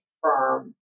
firm